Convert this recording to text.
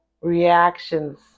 reactions